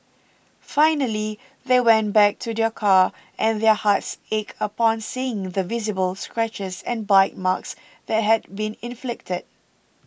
finally they went back to their car and their hearts ached upon seeing the visible scratches and bite marks that had been inflicted